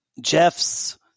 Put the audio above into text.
Jeff's